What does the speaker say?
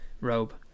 robe